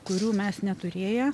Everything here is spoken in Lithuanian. kurių mes neturėję